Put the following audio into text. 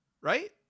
Right